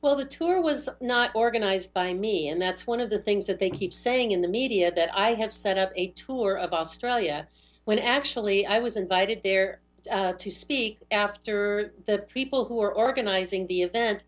well the tour was not organized by me and that's one of the things that they keep saying in the media that i have set up a tour of australia when actually i was invited there to speak after the people who are organizing the event